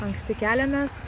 anksti keliamės